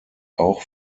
auch